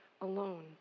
alone